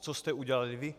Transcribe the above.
Co jste udělali vy?